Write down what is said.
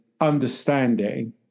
understanding